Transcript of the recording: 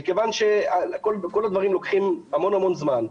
כל הדברים לוקחים המון זמן,